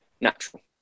natural